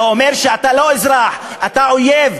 זה אומר שאתה לא אזרח, אתה אויב.